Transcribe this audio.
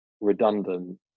redundant